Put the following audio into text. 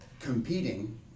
competing